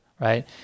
right